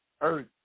earth